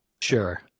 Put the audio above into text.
Sure